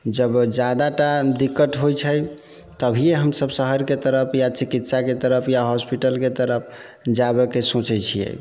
जब ज्यादा टा दिक्कत होइ छै तभिए हमसभ शहरके तरफ या चिकित्साके तरफ या हॉस्पिटलके तरफ जायके सोचै छियै